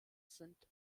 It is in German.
sind